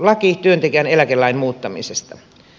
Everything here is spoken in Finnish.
laki työntekijän eläkelain muuttamisesta